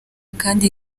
kandi